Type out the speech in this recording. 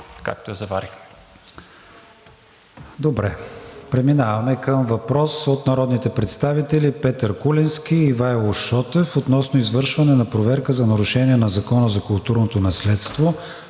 откакто я заварихме.